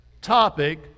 topic